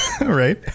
right